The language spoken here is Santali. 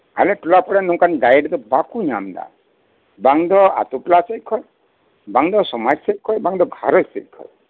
ᱟᱞᱮ ᱴᱚᱞᱟ ᱯᱟᱲᱟᱨᱮᱱ ᱱᱚᱝᱠᱟᱱ ᱜᱟᱭᱤᱰ ᱫᱚ ᱵᱟᱠᱚ ᱧᱟᱢ ᱮᱫᱟ ᱵᱟᱝ ᱫᱚ ᱟᱹᱛᱩ ᱴᱚᱞᱟ ᱥᱮᱫ ᱠᱷᱚᱱ ᱵᱟᱝᱫᱚ ᱥᱚᱢᱟᱡᱽ ᱥᱮᱫ ᱠᱷᱚᱱ ᱵᱟᱝ ᱫᱚ ᱜᱷᱟᱸᱨᱚᱧᱡᱽ ᱥᱮᱫ ᱠᱷᱚᱱ